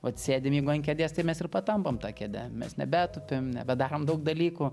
vat sėdim an kėdės tai mes ir patampam ta kėde mes nebetupim nebedarom daug dalykų